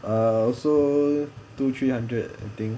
and also two three hundred I think